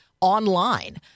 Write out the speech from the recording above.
online